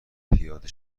پیاده